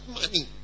money